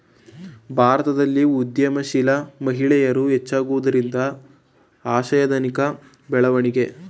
ಭಾರತದಲ್ಲಿ ಉದ್ಯಮಶೀಲ ಮಹಿಳೆಯರು ಹೆಚ್ಚಾಗುತ್ತಿರುವುದು ಆಶಾದಾಯಕ ಬೆಳವಣಿಗೆ